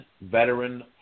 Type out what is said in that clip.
veteran